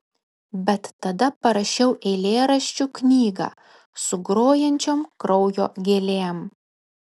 bet tada parašiau eilėraščių knygą su grojančiom kraujo gėlėm